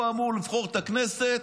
הוא אמור לבחור את הכנסת